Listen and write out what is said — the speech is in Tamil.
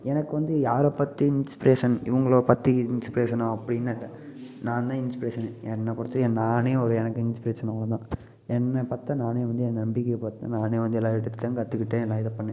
எனக்கு வந்து யாரப்பற்றியும் இன்ஸ்பிரேஷன் இவங்களப் பற்றி இன்ஸ்பிரேஷனோக அப்படின்லா இல்லை நான் தான் இன்ஸ்பிரேஷன் என்னப் பொறுத்தவரைக்கும் நானே எனக்கு இன்ஸ்பிரேஷன் அவ்வளதான் என்ன பார்த்தா நானே வந்து என் நம்பிக்கையப் பார்த்தேன் நானே வந்து எல்லாம் எடுத்தேன் கற்றுக்கிட்டேன் எல்லாம் இதைப் பண்ணேன்